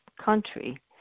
country